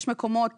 יש מקומות